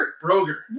Broger